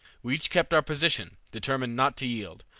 we each kept our position, determined not to yield,